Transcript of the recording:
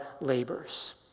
labors